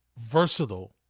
versatile